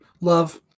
love